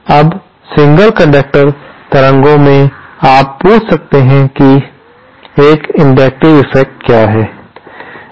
अब single conductor तरंगों में आप पूछ सकते हैं कि एक इंडकटिव इफेक्ट क्या है